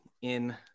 in-